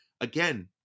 again